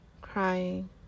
crying